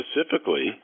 specifically